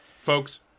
folks